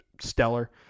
stellar